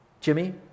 Jimmy